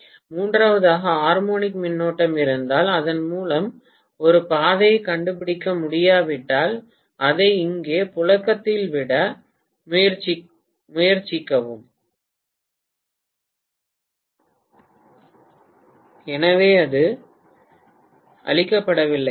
எனவே உண்மையில் இங்கே வரையப்பட்ட மூன்றாவது ஹார்மோனிக் மின்னோட்டம் இருந்தால் இதன் மூலம் ஒரு பாதையை கண்டுபிடிக்க முடியாவிட்டால் அதை இங்கே புழக்கத்தில் விட முயற்சிக்கும் எனவே அது கொல்லப்படவில்லை